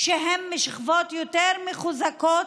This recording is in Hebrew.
שהם משכבות יותר מחוזקות,